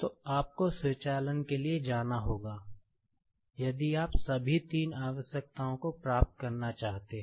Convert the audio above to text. तो आपको स्वचालन के लिए जाना होगा यदि आप सभी तीन आवश्यकताओं को प्राप्त करना चाहते हैं